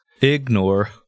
Ignore